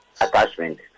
attachment